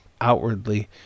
outwardly